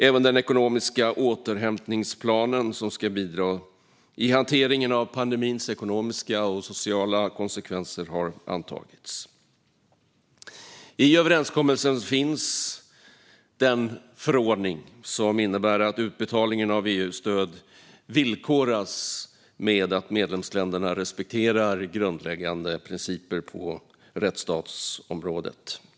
Även den ekonomiska återhämtningsplanen som ska bidra i hanteringen av pandemins ekonomiska och sociala konsekvenser har antagits. I överenskommelsen finns den förordning som innebär att utbetalningen av EU-stöd villkoras med att medlemsländerna respekterar grundläggande principer på rättsstatsområdet.